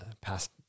past